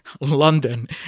london